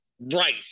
right